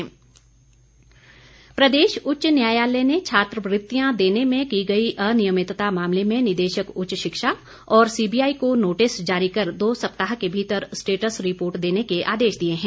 high court प्रदेश उच्च न्यायालय ने छात्रवृत्तियां देने में की गई अनियमितता मामले में निदेशक उच्च शिक्षा और सीबीआई को नोटिस जारी कर दो सप्ताह के भीतर स्टेटस रिपोर्ट देने का आदेश दिए हैं